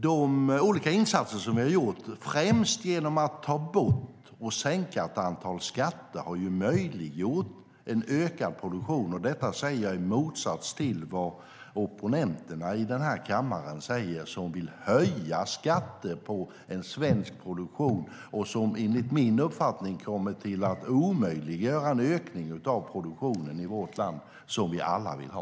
De olika insatser som har gjorts, främst genom att ta bort och sänka ett antal skatter, har möjliggjort en ökad produktion. Detta säger jag i motsats till vad opponenterna i kammaren säger som vill höja skatter på svensk produktion och som, enligt min uppfattning, kommer att omöjliggöra en ökning av produktionen av vårt land - som vi alla vill ha.